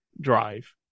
drive